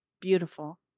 Beautiful